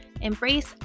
Embrace